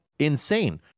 Insane